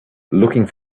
looking